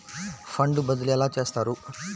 Fund బదిలీ ఎలా చేస్తారు?